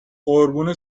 قربون